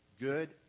good